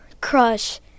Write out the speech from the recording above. crush